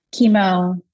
chemo